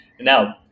Now